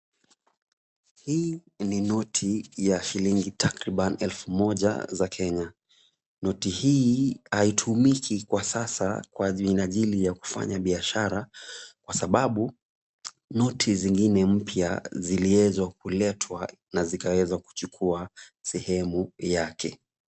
Hii ni noti ya shilingi takriban elfu moja za Kenya. Noti hii haitumiki kwa sasa kwa minajili ya kufanya biashara kwa sababu noti zingine mpya ziliweza kuletwa na zikaweza kuchukua sehemu yake.